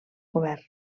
govern